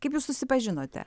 kaip jūs susipažinote